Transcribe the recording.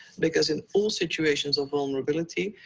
because in all situations of vulnerability,